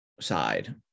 side